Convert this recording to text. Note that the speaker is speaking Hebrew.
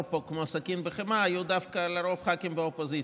פה כמו סכין בחמאה היו דווקא לרוב ח"כים באופוזיציה.